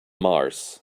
mars